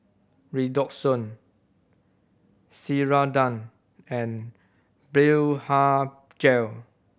Redoxon Ceradan and Blephagel